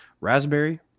raspberry